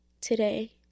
today